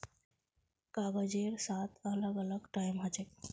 कागजेर सात अलग अलग टाइप हछेक